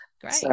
Great